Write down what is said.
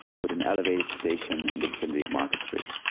with an elevated station in the vicinity of market street.